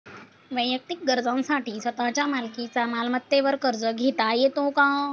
वैयक्तिक गरजांसाठी स्वतःच्या मालकीच्या मालमत्तेवर कर्ज घेता येतो का?